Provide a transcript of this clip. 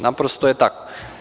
Naprosto je tako.